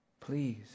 Please